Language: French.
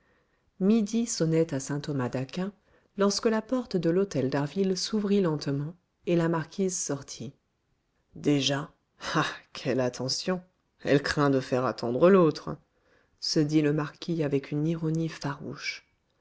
midi sonnait à saint-thomas-d'aquin lorsque la porte de l'hôtel d'harville s'ouvrit lentement et la marquise sortit déjà ah quelle attention elle craint de faire attendre l'autre se dit le marquis avec une ironie farouche